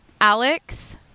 Alex